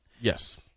Yes